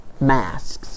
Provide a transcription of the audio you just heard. masks